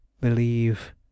believe